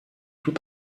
tout